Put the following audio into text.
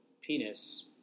penis